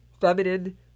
feminine